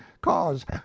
cause